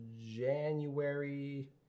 January